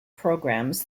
programs